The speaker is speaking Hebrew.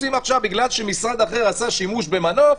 בגלל שמשרד אחר עשה שימוש במנות,